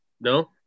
no